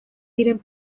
diren